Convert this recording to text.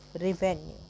revenue